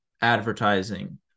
advertising